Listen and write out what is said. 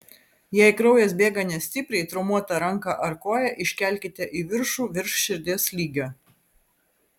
jei kraujas bėga nestipriai traumuotą ranką ar koją iškelkite į viršų virš širdies lygio